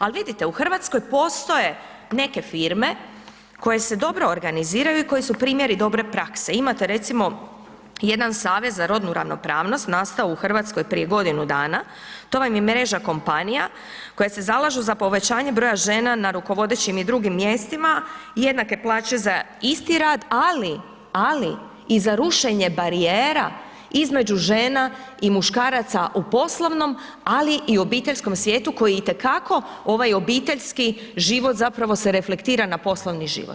Ali vidite, u Hrvatskoj postoje neke firme koje se dobro organiziraju i koje su primjeri dobre prakse, imate recimo jedan Savez za rodnu ravnopravnost nastao u Hrvatskoj prije godinu dana, to vam je mreža kompanija koje se zalažu za povećanjem broja žena na rukovodećim i drugim mjestima, jednake plaće za isti rad, ali, ali i za rušenje barijera između žena i muškaraca u poslovnom, ali i obiteljskom svijetu koji itekako, ovaj obiteljski život, zapravo se reflektira na poslovni život.